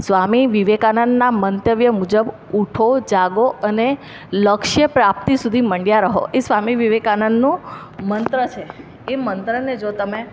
સ્વામી વિવેકાનંદના મંતવ્ય મુજબ ઉઠો જાગો અને લક્ષ્યપ્રાપ્તિ સુધી મંડ્યા રહો એ સ્વામી વિવેકાનંદનું મંત્ર છે એ મંત્ર ને જો તમે